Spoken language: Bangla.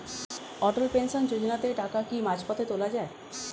অটল পেনশন যোজনাতে টাকা কি মাঝপথে তোলা যায়?